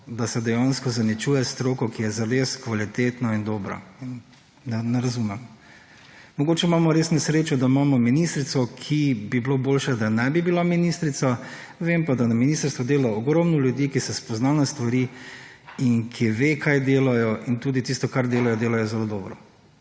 da se dejansko zaničuje stroko, ki je zares kvalitetna in dobra. Ne razumem. Mogoče imamo res nesrečo, da imamo ministrico, ki bi bilo boljše da ne bi bila ministrica. Vem pa, da na ministrstvu dela ogromno ljudi, ki se spoznajo na stvari in ki vedo kaj delajo in tudi tisto kar delajo delajo zelo dobro.